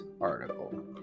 article